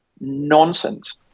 nonsense